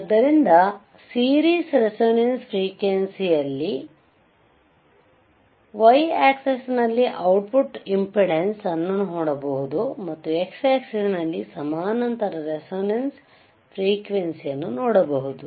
ಆದ್ದರಿಂದ series resonance frequency ಯಲ್ಲಿ slide ನಲ್ಲಿ ಗ್ರಾಫ್ ಅನ್ನು ಉಲ್ಲೇಖಿಸಿ y ಆಕ್ಸಿಸ್ ನಲ್ಲಿ ಔಟ್ ಪುಟ್ ಇಂಪೆಡಾನ್ಸ್ ಅನ್ನು ನೋಡಬಹುದು ಮತ್ತು x ಆಕ್ಸಿಸ್ ನಲ್ಲಿ ಸಮಾನಾಂತರ ರೇಸೋನೆನ್ಸ್ ಫ್ರೀಕ್ವೆನ್ಸಿಯನ್ನು ನೋಡಬಹುದು